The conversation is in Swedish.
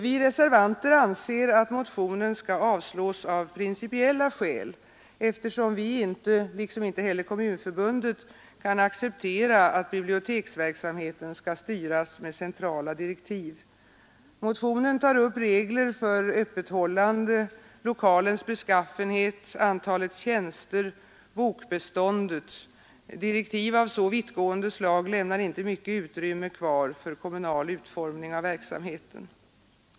Vi reservanter anser att motionen skall avslås av principiella skäl, eftersom vi inte — liksom inte heller Kommunförbundet - kan acceptera att biblioteksverksamheten skall styras med centrala direktiv. Motionen tar upp regler för öppethållande. lokalens beskaffenhet, antalet tjänster, bokbeståndet — direktiv av så vittgående slag lämnar inte mycket utrymme kvar för kommunal utformning av verksamheten.